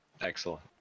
Excellent